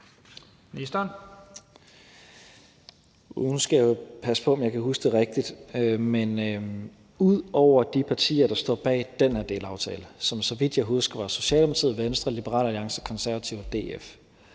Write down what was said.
Nu skal jeg jo passe på, at jeg ikke husker forkert. Men ud over de partier, der står bag den her delaftale – så vidt jeg husker, var det Socialdemokratiet, Venstre, Liberal Alliance, Konservative og DF